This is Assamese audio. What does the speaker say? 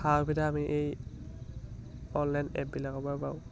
সা সুবিধা আমি এই অনলাইন এপবিলাকৰপৰাই পাওঁ